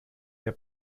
der